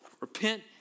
Repent